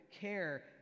care